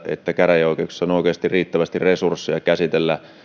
että käräjäoikeuksissa on oikeasti riittävästi resursseja käsitellä